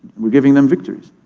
we're giving them victories.